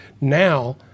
now